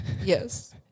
yes